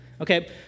okay